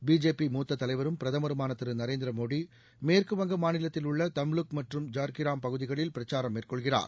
BJP மூத்த தலைவரும் பிரதமருமான திரு நரேந்திர மோடி மேற்கு வங்க மாநிலத்திலுள்ள தம்லுக் மற்றும் ஜார்கிராம் பகுதிகளில் பிரச்சாரம் மேற்கொள்கிறார்